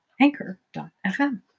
Anchor.fm